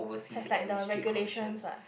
has like the regulations what